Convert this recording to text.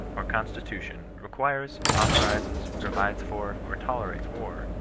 or consti tution, requires, authorizes, provides for, or tolerates war,